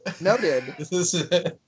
Noted